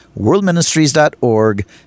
worldministries.org